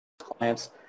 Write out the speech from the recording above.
clients